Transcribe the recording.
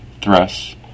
thrust